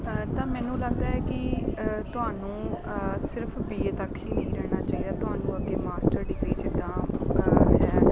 ਤਾਂ ਤਾਂ ਮੈਨੂੰ ਲੱਗਦਾ ਕਿ ਤੁਹਾਨੂੰ ਸਿਰਫ ਬੀ ਏ ਤੱਕ ਹੀ ਨਹੀਂ ਰਹਿਣਾ ਚਾਹੀਦਾ ਤੁਹਾਨੂੰ ਅੱਗੇ ਮਾਸਟਰ ਡਿਗਰੀ ਜਿੱਦਾਂ ਹੈ